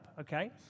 okay